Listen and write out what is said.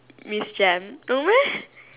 Miss Jem no meh